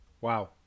Wow